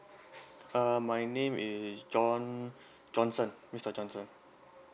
um my name is john johnson mister johnson